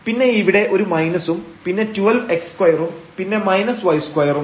പിന്നെ ഇവിടെ ഒരു മൈനസും പിന്നെ 12 x2 ഉം പിന്നെ y2 ഉം